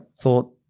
thought